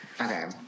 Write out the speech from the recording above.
Okay